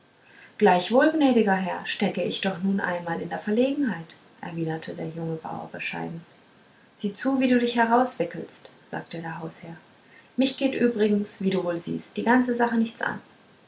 gleichwohl gnädiger herr stecke ich doch nun einmal in der verlegenheit erwiderte der junge bauer bescheiden sieh zu wie du dich herauswickelst sagte der hausherr mich geht übrigens wie du wohl siehst die ganze sache nichts an